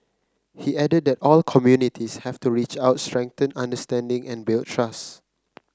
he added that all communities have to reach out strengthen understanding and build trust